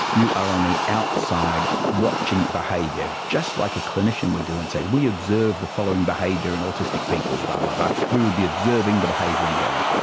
you are on the outside watching behaviour, just like a clinician would do and say we observe the following behaviour in autistic people, but and we would be observing the behaviour in don.